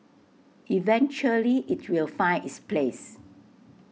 eventually IT will find its place